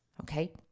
okay